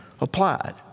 applied